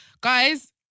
Guys